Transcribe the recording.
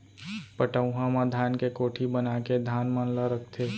पटउहां म धान के कोठी बनाके धान मन ल रखथें